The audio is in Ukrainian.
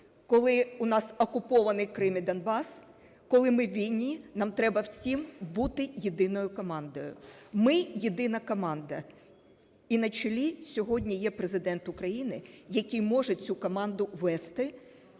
коли у нас окупований Крим і Донбас, коли ми у війні, нам треба всім бути єдиною командою. Ми – єдина команда, і на чолі сьогодні є Президент України, який може цю команду вести